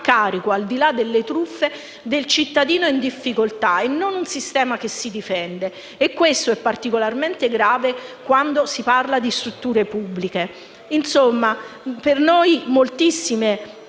carico, al di là delle truffe, del cittadino in difficoltà e non un sistema che si difende. Questo è particolarmente grave quando si parla di strutture pubbliche. Insomma, per noi ci sono